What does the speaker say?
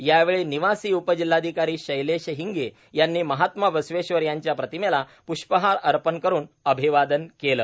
यावेळी निवासी उपजिल्हाधिकारी शैलेश हिंगे यांनी महात्मा बसवेश्वर यांच्या प्रतिमेला पृष्पहार अर्पण करून अभिवादन केले